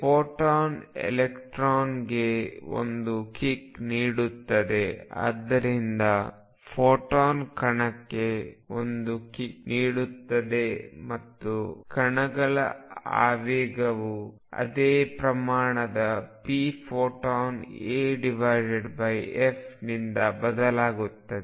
photon electron ಗೆ ಒಂದು kick ನೀಡುತ್ತದೆ ಆದ್ದರಿಂದ ಫೋಟಾನ್ ಕಣಕ್ಕೆ ಒಂದು ಕಿಕ್ ನೀಡುತ್ತದೆ ಮತ್ತು ಕಣಗಳ ಆವೇಗವು ಅದೇ ಪ್ರಮಾಣದ pphotonafನಿಂದ ಬದಲಾಗುತ್ತದೆ